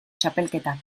txapelketak